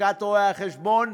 לשכת רואי-החשבון,